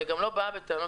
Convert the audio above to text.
אני גם לא באה בטענות.